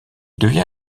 devient